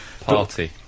Party